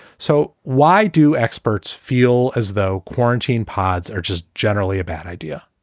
so why do experts feel as though quarantine pods are just generally a bad idea?